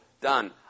done